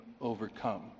overcome